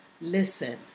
listen